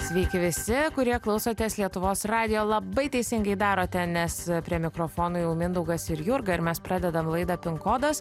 sveiki visi kurie klausotės lietuvos radijo labai teisingai darote nes prie mikrofono jau mindaugas ir jurga ir mes pradedam laidą kodas